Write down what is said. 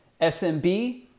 SMB